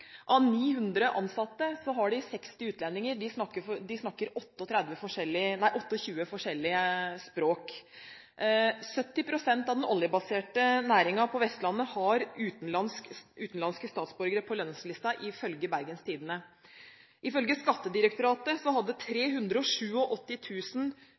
Av 900 ansatte er 60 utlendinger. De snakker 28 forskjellige språk. 70 pst. av den oljebaserte næringen på Vestlandet har utenlandske statsborgere på lønningslista, ifølge Bergens Tidende. Ifølge Skattedirektoratet hadde